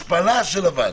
השפלה של הוועדה.